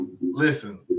listen